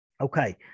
Okay